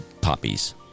poppies